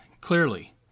clearly